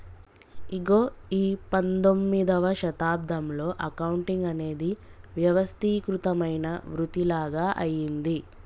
ఇగో ఈ పందొమ్మిదవ శతాబ్దంలో అకౌంటింగ్ అనేది వ్యవస్థీకృతమైన వృతిలాగ అయ్యింది